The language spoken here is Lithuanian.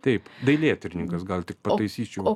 taip dailėtyrininkas gal tik taisyčiau